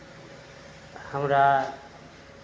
हमरा